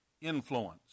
influence